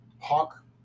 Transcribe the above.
Hawk